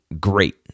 great